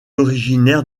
originaire